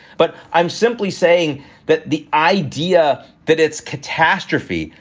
but i'm simply saying that the idea that it's catastrophe,